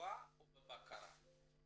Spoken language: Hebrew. בביצועה ובבקרה.